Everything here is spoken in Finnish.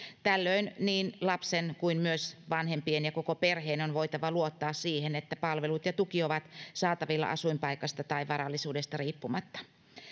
tällöin niin lapsen kuin myös vanhempien ja koko perheen on voitava luottaa siihen että palvelut ja tuki ovat saatavilla asuinpaikasta tai varallisuudesta riippumatta